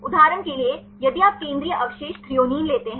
उदाहरण के लिए यदि आप केंद्रीय अवशेष threonine लेते हैं